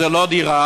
זה לא דירה,